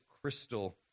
crystal